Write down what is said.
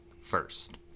first